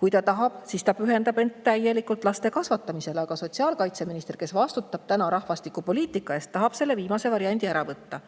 kui ta tahab, siis ta pühendab end täielikult laste kasvatamisele. Aga sotsiaalkaitseminister, kes vastutab rahvastikupoliitika eest, tahab selle viimase variandi ära võtta.